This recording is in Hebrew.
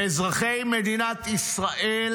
מאזרחי מדינת ישראל,